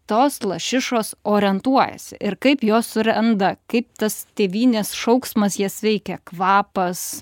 tos lašišos orientuojasi ir kaip jos suranda kaip tas tėvynės šauksmas jas veikia kvapas